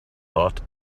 thought